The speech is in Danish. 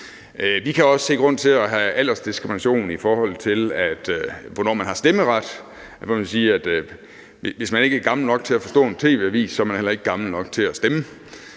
Vi kan også se grund til at have aldersdiskrimination, i forhold til hvornår man har stemmeret. Hvis ikke man er gammel nok til at forstå en TV-Avis, er man heller ikke gammel nok til at stemme.